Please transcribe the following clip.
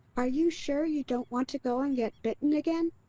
are you sure you don't want to go and get bitten again?